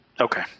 okay